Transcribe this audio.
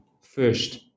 first